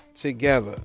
together